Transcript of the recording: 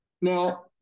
Now